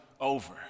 over